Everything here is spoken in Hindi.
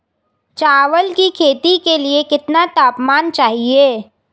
चावल की खेती के लिए कितना तापमान चाहिए?